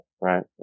right